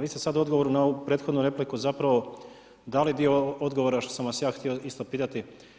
vi ste sad u odgovoru na ovu prethodnu repliku zapravo dali dio odgovora što sam vas ja htio isto pitati.